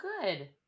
good